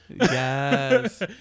yes